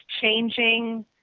changing